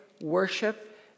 worship